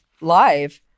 live